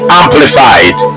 amplified